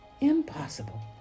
Impossible